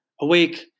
awake